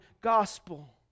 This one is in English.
gospel